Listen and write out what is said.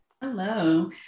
Hello